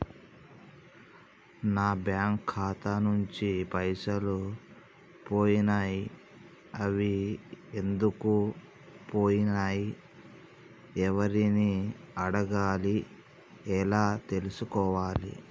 నా బ్యాంకు ఖాతా నుంచి పైసలు పోయినయ్ అవి ఎందుకు పోయినయ్ ఎవరిని అడగాలి ఎలా తెలుసుకోవాలి?